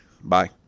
Bye